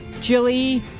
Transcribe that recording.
Jilly